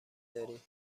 داریم